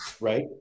right